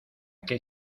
qué